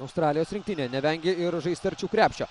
australijos rinktinė nevengia ir žaisti arčiau krepšio